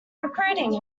recruiting